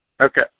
Okay